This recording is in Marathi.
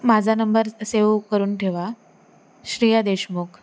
माझा नंबर सेव करून ठेवा श्रेया देशमुख